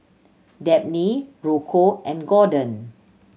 Dabney Rocco and Gorden